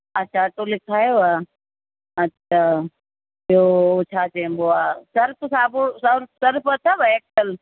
अछा अटो लिखायो आहे अछा ॿियो छा चइबो आहे सर्फ़ साबुणु सर्फ़ सर्फ़ अथव एक्सिल